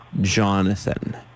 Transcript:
Jonathan